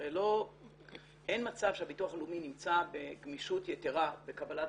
הרי אין מצב שהביטוח הלאומי נמצא בגמישות יתרה בקבלת